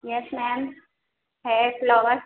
یس ma'am ہے flower